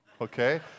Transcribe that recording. okay